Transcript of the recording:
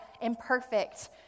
imperfect